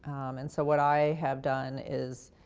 and so, what i have done is